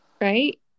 right